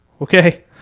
okay